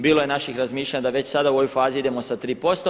Bilo je naših razmišljanja da već sada u ovoj fazi idemo sa 3%